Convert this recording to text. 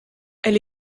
elle